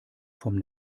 vom